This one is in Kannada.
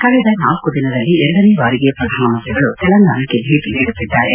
ಕಳೆದ ನಾಲ್ಕು ದಿನದಲ್ಲಿ ಎರಡನೇ ಬಾರಿಗೆ ಪ್ರಧಾನಮಂತ್ರಿಗಳು ತೆಲಂಗಾಣಕ್ಕೆ ಭೇಟ ನೀಡುತ್ತಿದ್ದಾರೆ